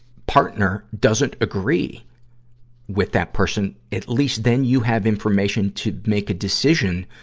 partner doesn't agree with that person, at least then you have information to make a decision,